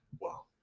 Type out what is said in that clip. wow